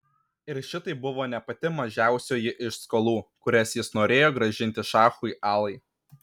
ir šitai buvo ne pati mažiausioji iš skolų kurias jis norėjo grąžinti šachui alai